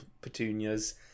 petunias